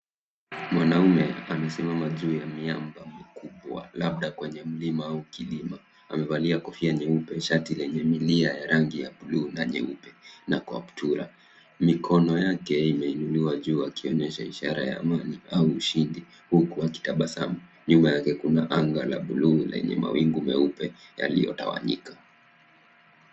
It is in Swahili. Mwanaume amesimama juu ya miamba kubwa labda kwenye mlima au kilima, amevalia kofia nyeupe, shati lenye milia ya rangi ya buluu na nyeupe na kaptula. Mikono yake imeinuliwa juu akionyesha ishara ya amani au ushindi, huku akitabasamu. Nyuma yake kuna anga la buluu lenye mawingu meupe yaliyotawanyika.